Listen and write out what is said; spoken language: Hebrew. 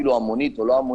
המונית או לא,